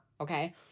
Okay